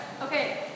Okay